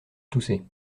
tousser